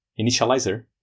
initializer